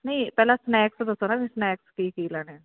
ਨਹੀਂ ਪਹਿਲਾਂ ਸਨੈਕਸ ਦੱਸੋ ਨਾ ਵੀ ਸਨੈਕਸ ਕੀ ਕੀ ਲੈਣਾ